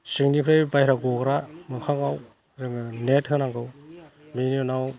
सिंनिफ्राय बाहेराव गग्रा मोखाङाव जोङो नेट होनांगौ बेनि उनाव